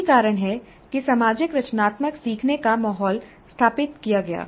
यही कारण है कि सामाजिक रचनात्मक सीखने का माहौल स्थापित किया गया